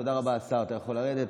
תודה רבה, השר, אתה יכול לרדת.